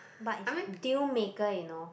but is deal maker you know